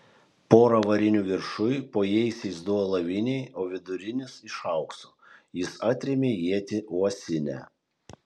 pora varinių viršuj po jaisiais du alaviniai o vidurinis iš aukso jis atrėmė ietį uosinę